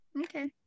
okay